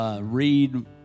read